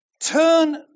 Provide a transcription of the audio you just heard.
Turn